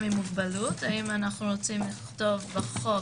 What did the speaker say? עם מוגבלות האם אנחנו רוצים לכתוב בחוק,